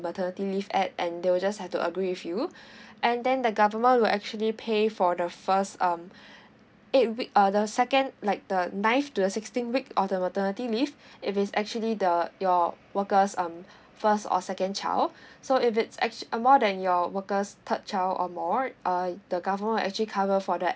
maternity leave at and they will just have to agree with you and then the government will actually pay for the first um eight week uh the second like the ninth to the sixteenth week of the maternity leave if it's actually the your worker's um first or second child so if it's actual uh more than your worker's third child or more uh the government will actually cover for that and